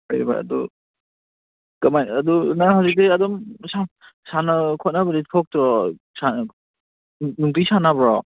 ꯀꯔꯤꯕ ꯑꯗꯨ ꯀꯃꯥꯏ ꯑꯗꯨ ꯅꯪ ꯍꯧꯖꯤꯛꯇꯤ ꯑꯗꯨꯝ ꯁꯥꯟꯅ ꯈꯣꯠꯅꯕꯗꯤ ꯊꯣꯛꯇꯔꯣ ꯅꯨꯡꯇꯤ ꯁꯥꯟꯅꯕ꯭ꯔꯣ